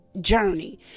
journey